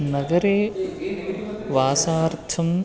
नगरे वासार्थं